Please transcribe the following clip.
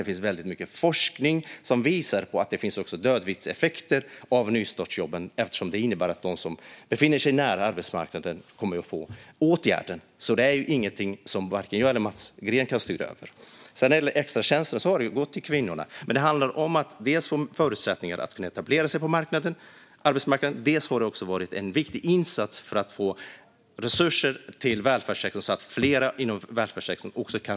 Det finns mycket forskning som visar att det också finns dödviktseffekter av nystartsjobben, eftersom det är de som befinner sig nära arbetsmarknaden som kommer att få denna åtgärd. Detta är inte något som jag eller Mats Green kan styra över. Extratjänsterna har gått till kvinnor, men det handlar om att de ska få förutsättningar att etablera sig på arbetsmarknaden. Det har också varit en viktig insats för att få resurser till välfärdssektorn så att fler kan rekryteras dit.